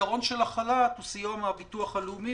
והפתרון של החל"ת הוא סיוע מהביטוח הלאומי